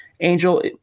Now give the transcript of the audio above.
Angel